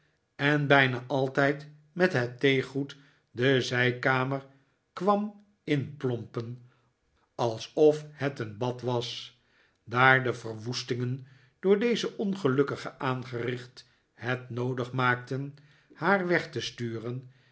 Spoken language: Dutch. en bijna altijd met het theegoed de zijkamer kwam inplompen alsof het een bad was daar de verwoestingen door deze ongelukkige aangericht het noodig maakten haar weg te sturen